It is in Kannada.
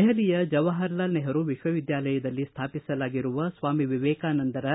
ದೆಹಲಿಯ ಜವಾಹರ್ ಲಾಲ್ ನೆಹರು ವಿಶ್ವವಿದ್ವಾಲಯದಲ್ಲಿ ಸ್ವಾಪಿಸಲಾಗಿರುವ ಸ್ವಾಮಿ ವಿವೇಕಾನಂದರ